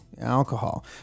Alcohol